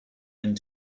end